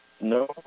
No